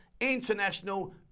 International